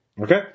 Okay